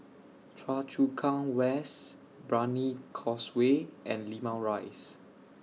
Choa Chu Kang West Brani Causeway and Limau Rise